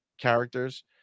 characters